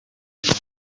cya